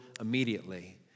immediately